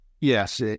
Yes